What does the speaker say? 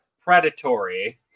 predatory